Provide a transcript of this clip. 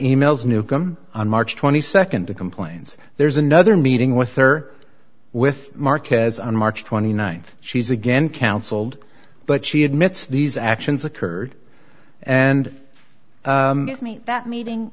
e mails newcomb on march twenty second the complaints there's another meeting with her with marquez on march twenty ninth she's again counseled but she admits these actions occurred and to me that meeting